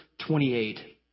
28